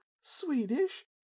Swedish